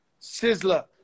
Sizzler